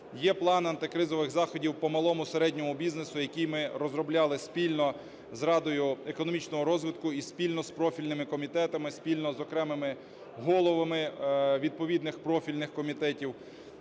є план антикризових заходів по малому, середньому бізнесу, який ми розробляли спільно з Радою економічного розвитку і спільно з профільними комітетами, спільно з окремими головами відповідних профільних комітетів.